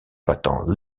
battant